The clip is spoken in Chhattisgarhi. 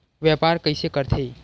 व्यापार कइसे करथे?